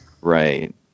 Right